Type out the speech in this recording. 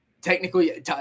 Technically